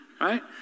right